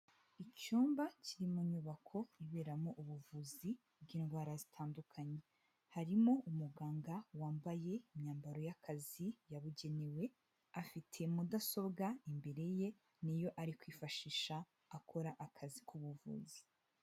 Icyumba kiri mu nyubako iberamo ubuvuzi bw'indwara zitandukanye. Harimo umuganga wambaye imyambaro y'akazi yabugenewe, afite mudasobwa imbere ye niyo ari kwifashisha akora akazi k'ubuvuzi.